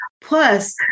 Plus